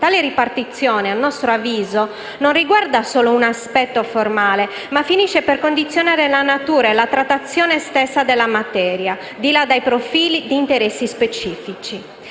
Tale ripartizione, a nostro avviso, non riguarda solo un aspetto formale, ma finisce per condizionare la natura e la trattazione stessa della materia, di là dai profili di interesse specifici.